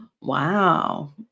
wow